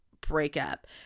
breakup